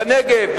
בנגב,